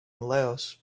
laos